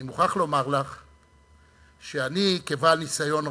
אני מוכרח לומר לך שאני, כבעל ניסיון רב,